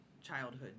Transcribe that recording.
childhood